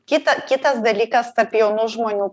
kita kitas dalykas tarp jaunų žmonių